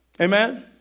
Amen